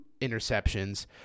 interceptions